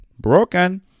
Broken